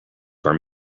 were